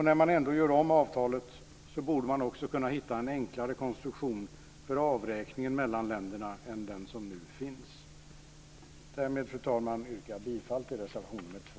När man ändå gör om avtalet borde man kunna hitta en enklare konstruktion för avräkningen mellan länderna än den som nu finns. Därmed, fru talman, yrkar jag bifall till reservation nr 2.